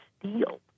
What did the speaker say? steel